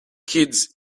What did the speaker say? kids